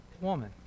woman